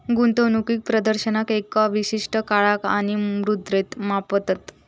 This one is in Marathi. गुंतवणूक प्रदर्शनाक एका विशिष्ट काळात आणि मुद्रेत मापतत